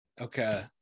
Okay